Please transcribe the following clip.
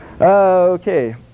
Okay